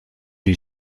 eut